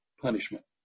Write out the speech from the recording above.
punishment